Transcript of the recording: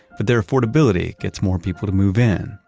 but their affordability gets more people to move in,